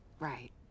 Right